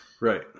Right